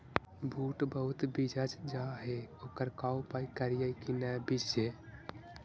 बुट बहुत बिजझ जा हे ओकर का उपाय करियै कि न बिजझे?